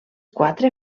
quatre